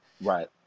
right